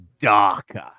darker